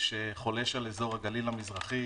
שחולש על אזור הגליל המזרחי,